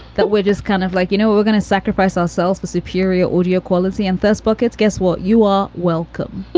that we're just kind of like, you know, we're going to sacrifice ourselves for superior audio quality. and facebook. it's guess what? you are welcome